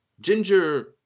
Ginger